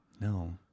No